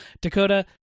Dakota